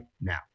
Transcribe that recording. now